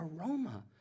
aroma